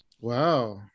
Wow